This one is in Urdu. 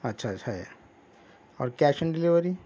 اچھا اچھا ہے اور کیش اینڈ ڈلیوری